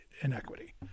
inequity